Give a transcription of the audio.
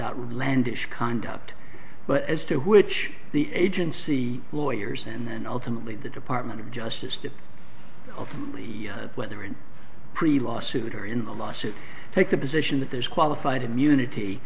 outlandish conduct but as to which the agency lawyers and then ultimately the department of justice dept of the weather in pre law suit or in the lawsuit take the position that there's qualified